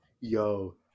Yo